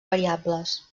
variables